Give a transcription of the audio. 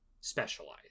specialize